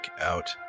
out